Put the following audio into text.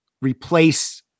replace